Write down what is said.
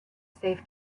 safe